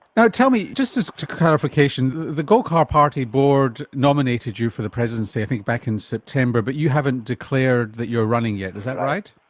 now tell me, just as clarification, the golkar party board nominated you for the presidency i think back in september, but you haven't declared that you're running yet, is that right?